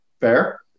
Fair